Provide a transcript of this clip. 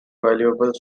valuable